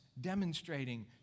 demonstrating